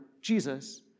Jesus